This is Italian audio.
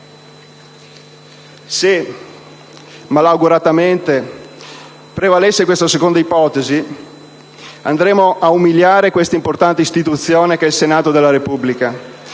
Se malauguratamente prevalesse questa seconda ipotesi, andremmo ad umiliare questa importante istituzione che è il Senato della Repubblica